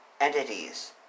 entities